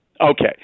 Okay